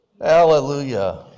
Hallelujah